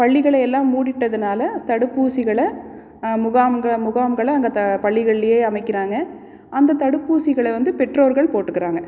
பள்ளிகளை எல்லாம் மூடிட்டதுனால் தடுப்பூசிகளை முகாம்க முகாம்களை அங்கே த பள்ளிகளில் அமைக்கிறாங்க அந்த தடுப்பூசிகளை வந்து பெற்றோர்கள் போட்டுக்கிறாங்க